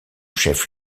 chef